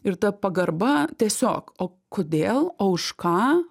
ir ta pagarba tiesiog o kodėl o už ką